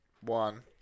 One